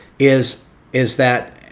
is is that